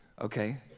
okay